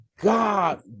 god